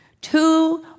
Two